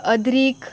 अद्रीक